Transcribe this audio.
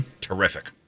Terrific